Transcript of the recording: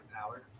power